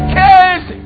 case